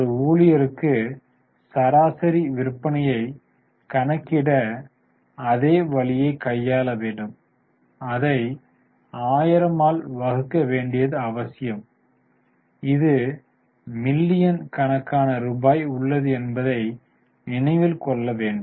ஒரு ஊழியருக்கு சராசரி விற்பனையை கணக்கிட அதே வழியை கையாள வேண்டும் அதை 1000 ஆல் வகுக்க வேண்டியது அவசியம் இது மில்லியன் கணக்கான ரூபாய் உள்ளது என்பதை நினைவில் கொள்ள வேண்டும்